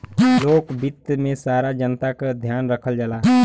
लोक वित्त में सारा जनता क ध्यान रखल जाला